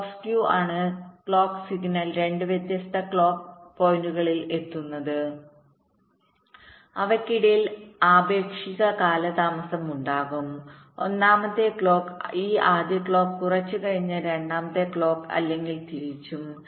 clock skew ആണ് clock signal രണ്ട് വ്യത്യസ്ത ക്ലോക്ക് പോയിന്റുകളിൽ എത്തുന്നത് അവയ്ക്കിടയിൽ ആപേക്ഷിക കാലതാമസം ഉണ്ടാകും ഒന്നാമത്തെ ക്ലോക്ക് ഈ ആദ്യ ക്ലോക്ക് കുറച്ച് കഴിഞ്ഞ് രണ്ടാമത്തെ ക്ലോക്ക് അല്ലെങ്കിൽ തിരിച്ചും